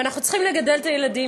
ואנחנו צריכים לגדל ילדים.